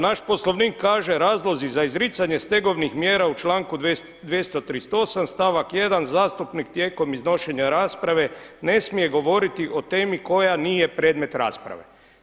Naš Poslovnik kaže razlozi za izricanje stegovnih mjera u članku 238. stavak 1. zastupnik tijekom iznošenja rasprave ne smije govoriti o temi koja nije predmet rasprave.